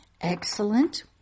Excellent